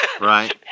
Right